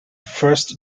first